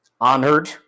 honored